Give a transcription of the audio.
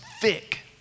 thick